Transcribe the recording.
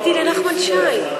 חיכיתי לנחמן שי.